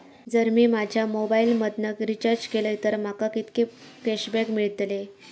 जर मी माझ्या मोबाईल मधन रिचार्ज केलय तर माका कितके कॅशबॅक मेळतले?